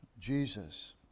Jesus